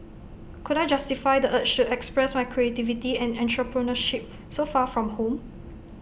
could I justify the urge to express my creativity and entrepreneurship so far from home